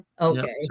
Okay